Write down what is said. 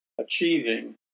achieving